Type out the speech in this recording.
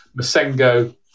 Masengo